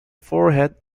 forehead